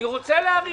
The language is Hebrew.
אני רוצה להאריך את זה.